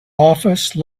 office